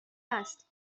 است